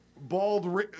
bald